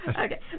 Okay